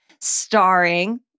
Starring